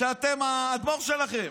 האדמו"ר שלכם.